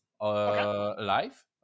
live